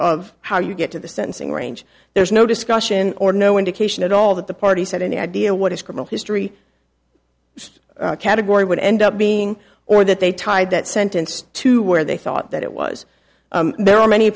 of how you get to the sentencing range there's no discussion or no indication at all that the parties had any idea what his criminal history category would end up being or that they tied that sentenced to where they thought that it was there are many